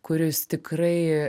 kuris tikrai